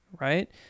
right